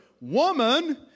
Woman